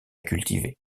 cultiver